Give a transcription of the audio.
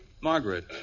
Margaret